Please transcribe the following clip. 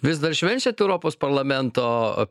vis dar švenčiat europos parlamento